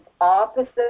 opposite